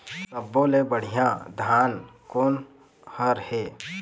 सब्बो ले बढ़िया धान कोन हर हे?